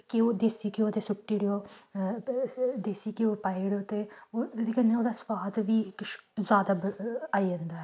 घ्यो देसी घ्यो दे सुट्टी ओड़ेओ देसी घ्यो पाई ओड़ेओ ते ओह्दे कन्नै ओह्दा सुआद बी किश जैदा आई जंदा ऐ